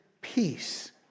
peace